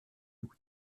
août